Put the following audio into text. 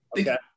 Okay